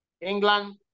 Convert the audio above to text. England